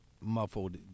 muffled